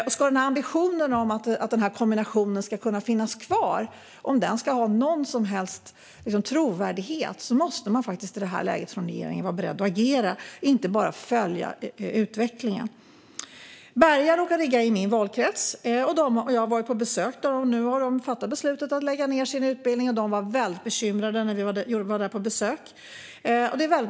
Om ambitionen om att kombinationen ska finnas kvar ska ha någon som helst trovärdighet måste regeringen i detta läge vara beredd att agera och inte bara följa utvecklingen. Berga råkar ligga i min valkrets. Jag har varit på besök där. De har nu fattat beslut om att lägga ned och var väldigt bekymrade vid mitt besök.